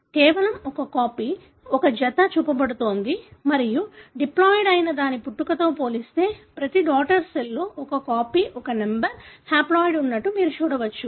కేవలం ఒక కాపీ ఒక జత చూపబడుతోంది మరియు డిప్లాయిడ్ అయిన దాని పుట్టుకతో పోలిస్తే ప్రతి డాటర్ సెల్లో ఒక కాపీ ఒక నంబర్ హాప్లోయిడ్ ఉన్నట్లు మీరు చూడవచ్చు